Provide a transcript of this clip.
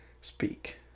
speak